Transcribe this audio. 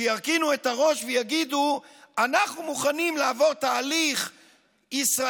שירכינו את הראש ויגידו: אנחנו מוכנים לעבור תהליך ישראליזציה.